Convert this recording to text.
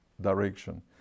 direction